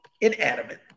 inanimate